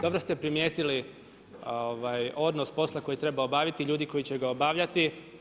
Dobro ste primijetili odnos posla koji treba obaviti i ljudi koji će ga obavljati.